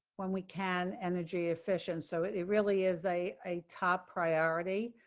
when we can energy efficient. so it really is a a top priority.